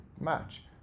match